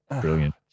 Brilliant